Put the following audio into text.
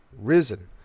risen